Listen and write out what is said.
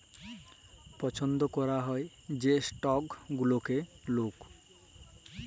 পছল্দ ক্যরা হ্যয় যে ইস্টক গুলানকে লক